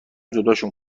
جداشون